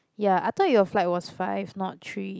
ya I thought your flight was five not three